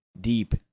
deep